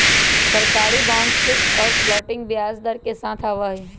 सरकारी bond fixed और floating ब्याज दर के साथ आवा हई